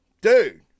Dude